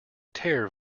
tear